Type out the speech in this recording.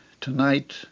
tonight